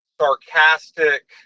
sarcastic